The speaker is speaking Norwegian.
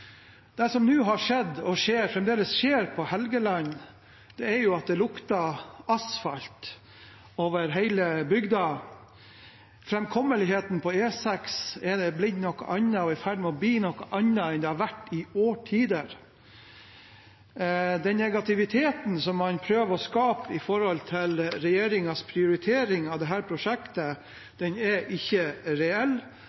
Det som nå har skjedd, og fremdeles skjer, på Helgeland, er at det lukter asfalt over hele bygda. Framkommeligheten på E6 er blitt og er i ferd med å bli noe annet enn den har vært i årtier. Den negativiteten som man prøver å skape når det gjelder regjeringens prioritering av